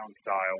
style